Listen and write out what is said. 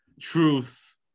truth